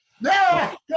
No